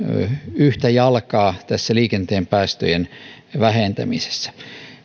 yhtä jalkaa tässä liikenteen päästöjen vähentämisessä